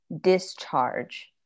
discharge